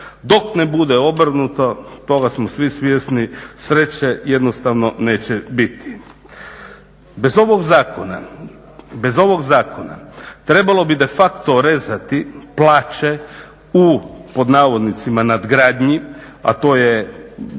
Dok ne bude obrnuto toga smo svi svjesni, sreće jednostavno neće biti. Bez ovog zakona trebalo bi de facto rezati plaća u "nadgradnji", a to je